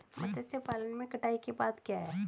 मत्स्य पालन में कटाई के बाद क्या है?